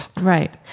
Right